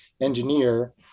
engineer